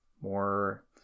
more